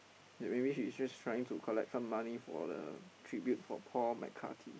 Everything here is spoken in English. that maybe she's just trying to collect some money for the tribute for Paul-McCartey